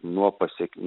nuo pasekm